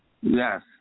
Yes